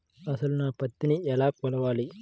అసలు నా పత్తిని ఎలా కొలవాలి?